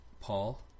Paul